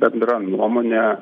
bendra nuomone